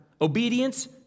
Obedience